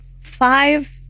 five